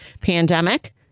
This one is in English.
pandemic